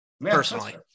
Personally